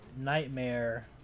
nightmare